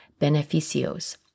beneficios